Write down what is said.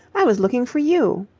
i was looking for you.